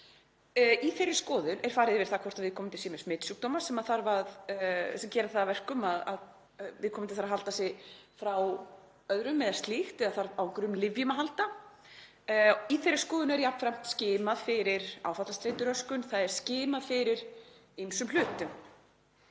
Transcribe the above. Í þeirri skoðun er farið yfir það hvort viðkomandi sé með smitsjúkdóma sem gera það að verkum að viðkomandi þarf að halda sig frá öðrum eða slíkt eða þarf á einhverjum lyfjum að halda. Í þeirri skoðun er jafnframt skimað fyrir áfallastreituröskun og skimað fyrir ýmsum hlutum.